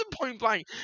point-blank